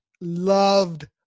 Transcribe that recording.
loved